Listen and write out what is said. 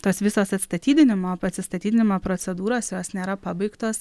tas visas atstatydinimo atsistatydinimo procedūros jos nėra pabaigtos